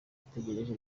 ategereje